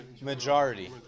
majority